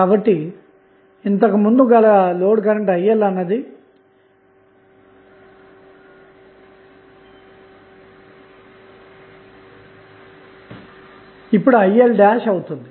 కాబట్టి ఇంతకుముందు గల లోడ్ కరెంట్ IL అన్నది ఇప్పుడు IL' అవుతుంది